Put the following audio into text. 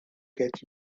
get